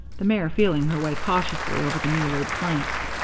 the mare feeling her way cautiously over the new-laid planks.